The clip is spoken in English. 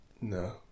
No